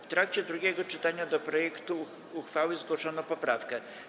W trakcie drugiego czytania do projektu uchwały zgłoszono poprawkę.